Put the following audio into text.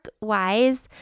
wise